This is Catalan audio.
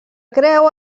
creu